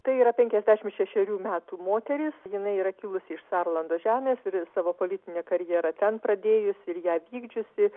tai yra penkiasdešimt šešerių metų moteris jinai yra kilusi iš sarlando žemės ir savo politinę karjerą ten pradėjusi ir ją vykdžiusi